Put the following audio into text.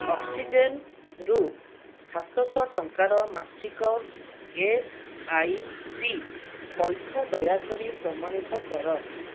ଅକ୍ସିଜେନ୍ରୁ ସାତଶହ ଟଙ୍କାର ମାସିକ ଏସ୍ ଆଇ ପି ପଇଠ ଦୟାକରି ପ୍ରମାଣିତ କର